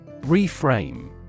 Reframe